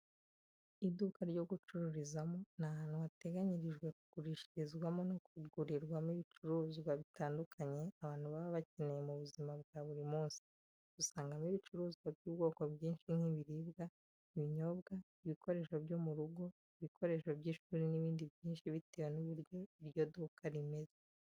Iduka ryo gucururizamo ni ahantu hateganyirijwe kugurishirizwamo no kugurirwamo ibicuruzwa bitandukanye abantu baba bakeneye mu buzima bwa buri munsi. Usangamo ibicuruzwa by'ubwoko bwinshi nk'ibiribwa, ibinyobwa, ibikoresho byo mu rugo, ibikoresho by'ishuri n'ibindi byinshi bitewe n'uburyo iryo duka rimeze.